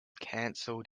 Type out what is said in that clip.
canceled